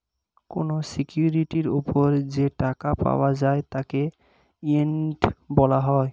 কোন সিকিউরিটির উপর যে টাকা পাওয়া যায় তাকে ইয়েল্ড বলা হয়